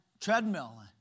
treadmill